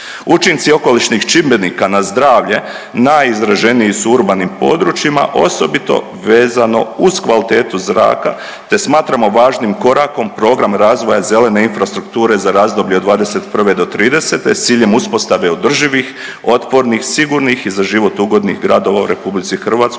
Učinci okolišnih čimbenika na zdravlje najizraženiji su u urbanim područjima osobito vezano uz kvalitetu zraka, te smatramo važnim korakom program razvoja zelene infrastrukture za razdoblje od 2021. do 2030. s ciljem uspostave održivih, otpornih, sigurnih i za život ugodnih gradova u Republici Hrvatskoj